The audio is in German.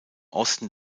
osten